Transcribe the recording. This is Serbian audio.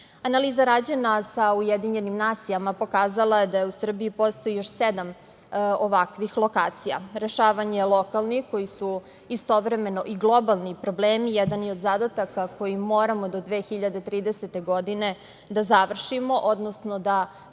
Analiza rađena sa Ujedinjenim nacijama pokazala je da u Srbiji postoji još sedam ovakvih lokacija. Rešavanje lokalnih koji su istovremeno i globalni problemi jedan je od zadataka koji moramo do 2030. godine da završimo, odnosno da